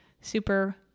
super